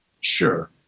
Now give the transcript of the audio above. Sure